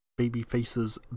Babyface's